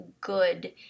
good